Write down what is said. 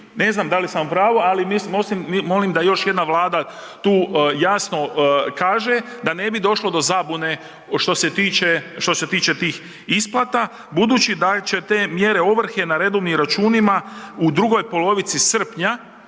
Ne znam da li sam u pravu, ali mislim, molim da još jedna Vlada tu jasno kaže da ne bi došlo do zabune što se tiče tih isplata, budući da će te mjere ovrhe na redovnim računima u drugoj polovici srpnja,